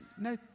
No